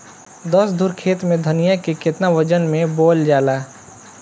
दस धुर खेत में धनिया के केतना वजन मे बोवल जाला?